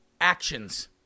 actions